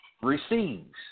receives